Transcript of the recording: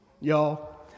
Y'all